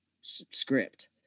script